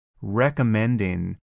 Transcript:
recommending